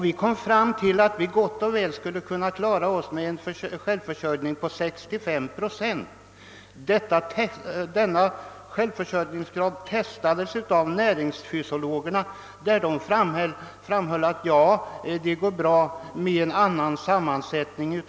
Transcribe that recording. Vi kom fram till att vi gott och väl skulle kunna klara oss med en självförsörjningsgrad av 65 procent. Denna självförsörjningsgrad testades av näringsfysiologer, vilka framhöll att den var tillräcklig, under förutsättning att kosten fick en annan sammansättning.